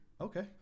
Okay